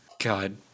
God